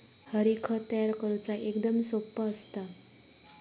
हरी, खत तयार करुचा एकदम सोप्पा असता